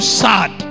sad